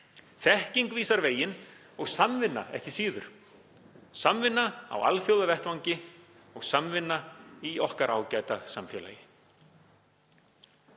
Þekking vísar veginn og samvinna ekki síður, samvinna á alþjóðavettvangi og samvinna í okkar ágæta samfélagi.